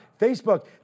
Facebook